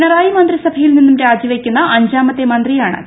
പിണറായി മന്ത്രിസഭയിൽ നിന്നും രാജിവയ്ക്കുന്ന അഞ്ചാമത്തെ മന്ത്രിയാണ് ഉക